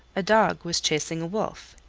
a dog was chasing a wolf,